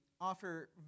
offer